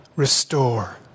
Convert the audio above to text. restore